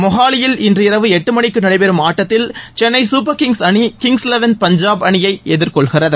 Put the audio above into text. மொகாலியில் இன்று இரவு எட்டு மணிக்கு நடைபெறும் ஆட்டத்தில் சென்னை சூப்பர் கிங்ஸ் அணி கிங்ஸ் லெவன் பஞ்சாப் அணியை எதிர்கொள்கிறது